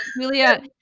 Julia